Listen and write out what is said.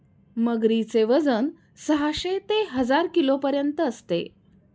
मगरीचे वजन साहशे ते हजार किलोपर्यंत असते